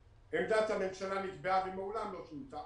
משמעית, עמדת הממשלה נקבעה והיא מעולם לא שונתה.